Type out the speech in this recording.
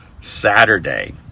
Saturday